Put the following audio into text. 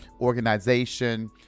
organization